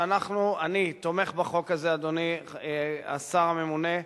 שאנחנו, אני תומך בחוק הזה, אדוני השר הממונה.